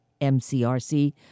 MCRC